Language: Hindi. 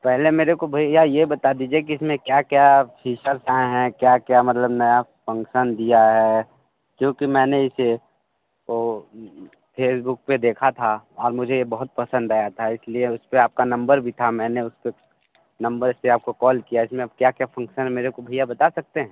पहले मेरे को भैया ये बता दीजिए कि इसमें क्या क्या फ़ीचर्स हैं क्या क्या मतलब नया फ़ंक्शन दिया है क्योंकि मैंने इसे वो फ़ेसबुक पे देखा था और मुझे ये बहुत पसंद आया था इसलिए उस पे आपका नंबर भी था मैंने उस पे नंबर से आपको कॉल किया इसमें अब क्या क्या फ़ंक्शन हैं मेर को भैया बता सकते हैं